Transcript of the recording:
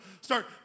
start